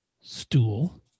stool